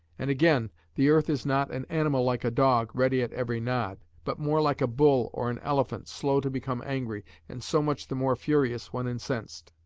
and again the earth is not an animal like a dog, ready at every nod but more like a bull or an elephant, slow to become angry, and so much the more furious when incensed.